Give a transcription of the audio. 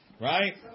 right